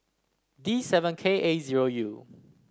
D seven K A zero U